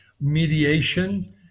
mediation